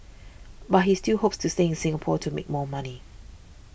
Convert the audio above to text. but he still hopes to stay in Singapore to make more money